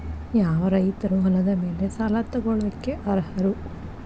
ಯಾವ ರೈತರು ಹೊಲದ ಮೇಲೆ ಸಾಲ ತಗೊಳ್ಳೋಕೆ ಅರ್ಹರು?